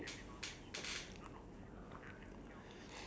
ya ya I got like flu cough then nevermind I just